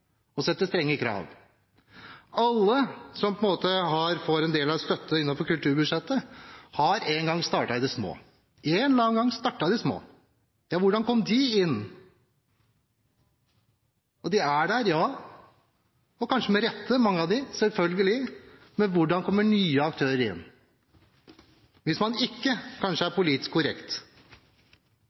og som skal sette strenge krav. Alle som får støtte innenfor kulturbudsjettet, har en gang startet i det små – en eller annen gang startet de i det små. Hvordan kom de innenfor? De er der – mange av dem selvfølgelig med rette – men hvordan kommer nye aktører innenfor hvis man kanskje ikke er politisk korrekt? Hva er det å være politisk korrekt?